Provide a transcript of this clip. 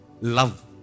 love